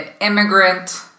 immigrant